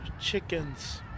chickens